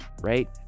right